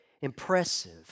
impressive